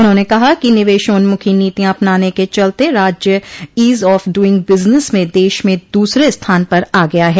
उन्होंने कहा कि निवेशान्मुखी नीतियां अपनाने के चलते राज्य ईज ऑफ डूइंग बिजनेस में देश में दूसरे स्थान पर आ गया है